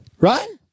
Right